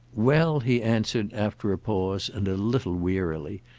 well, he answered after a pause and a little wearily,